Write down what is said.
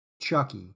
Chucky